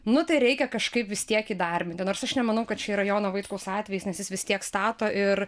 nu tai reikia kažkaip vis tiek įdarbinti nors aš nemanau kad čia yra jono vaitkaus atvejis nes jis vis tiek stato ir